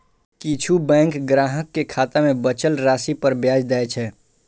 किछु बैंक ग्राहक कें खाता मे बचल राशि पर ब्याज दै छै